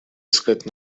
искать